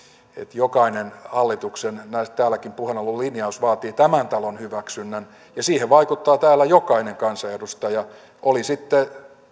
jokainen hallituksen täälläkin puheena oleva linjaus vaatii tämän talon hyväksynnän ja siihen vaikuttaa täällä jokainen kansanedustaja oli sitten